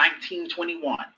1921